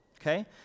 Okay